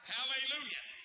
Hallelujah